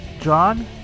John